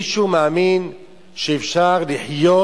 מישהו מאמין שאפשר לחיות